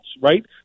right